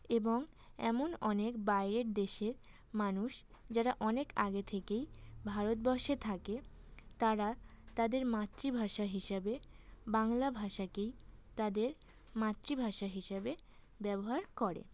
এবং এমন অনেক বাইরের দেশের মানুষ যারা অনেক আগে থেকেই ভারতবর্ষে থাকে তারা তাদের মাতৃভাষা হিসাবে বাংলা ভাষাকেই তাদের মাতৃভাষা হিসেবে ব্যবহার করে